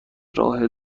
راه